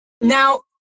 Now